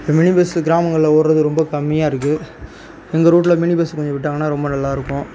mini bus கிராமங்களில் ஓட்டுறது ரொம்ப கம்மியாக இருக்கு எங்கள் ரூட்டில் மினி பஸ் கொஞ்சம் விட்டாங்கன்னா ரொம்ப நல்லாருக்கும்